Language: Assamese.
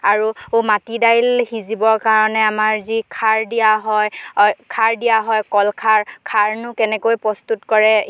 আৰু মাটি দাইল সিজিবৰ কাৰণে আমাৰ যি খাৰ দিয়া হয় খাৰ দিয়া হয় কল খাৰ খাৰনো কেনেকৈ প্ৰস্তুত কৰে